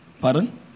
Pardon